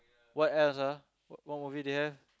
what else ah what movie they have